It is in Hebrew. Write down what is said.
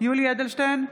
יולי יואל אדלשטיין,